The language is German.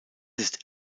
ist